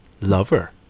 lover